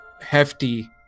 hefty